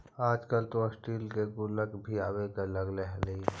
आजकल तो स्टील के गुल्लक भी आवे लगले हइ